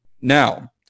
now